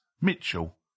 Mitchell